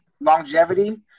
longevity